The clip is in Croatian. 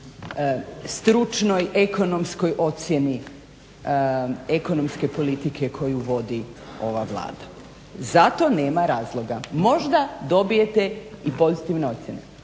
stručnoj, ekonomskoj ocijeni ekonomske politike koju vodi ova Vlada. Za to nema razloga, možda dobijete i pozitivne ocijene,